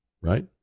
right